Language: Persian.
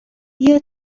بیا